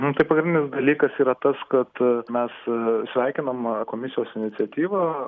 mum tai pagrindinis dalykas yra tas kad mes sveikinam komisijos iniciatyvą